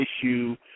issue